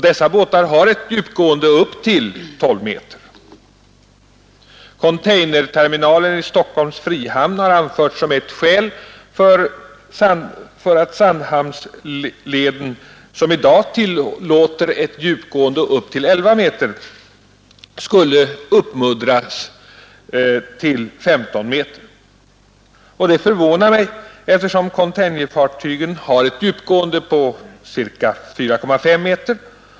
Dessa båtar har ett djupgående upp till 12 m. Containerterminalen i Stockholms frihamn har anförts som ett skäl för att Sandhamnsleden, som i dag tillåter ett djupgående upp till 11 m, skulle uppmuddras till 15 m,. Detta förvånar mig, eftersom containerfartygen har ett djupgående av ca 4,5 m.